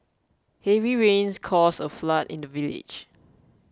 heavy rains caused a flood in the village